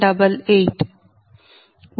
8788